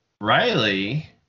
Riley